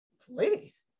please